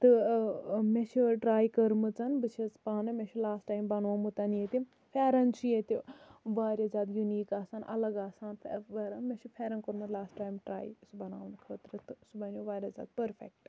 تہٕ مےٚ چھِ ٹرے کٔرمٕژ بہٕ چھَس پانہٕ مےٚ چھُ لاسٹ ٹایم بَنومُت ییٚتہِ پھیٚرَن چھُ ییٚتہِ واریاہ زیادٕ یُنیٖک آسان اَلَگ آسان تہٕ پھیٚرَن مےٚ چھُ پھیٚرَن کوٚرمُت لاسٹ ٹایم ٹرے سُہ بَناونہٕ خٲطرٕ سُہ بَنیٚو واریاہ زیادٕ پٔرفیٚکٹ